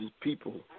people